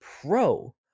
pro